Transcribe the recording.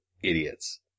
idiots